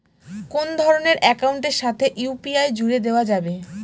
কোন ধরণের অ্যাকাউন্টের সাথে ইউ.পি.আই জুড়ে দেওয়া যাবে?